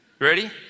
Ready